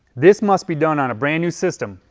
this must be done on a brand new system,